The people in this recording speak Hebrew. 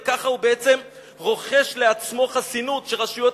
וככה הוא בעצם רוכש לעצמו חסינות שרשויות